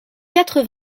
quatre